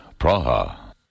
Praha